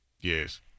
Yes